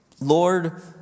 Lord